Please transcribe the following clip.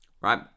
right